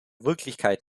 wirklichkeit